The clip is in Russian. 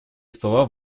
слова